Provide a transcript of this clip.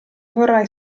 vorrai